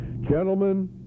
Gentlemen